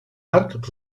arc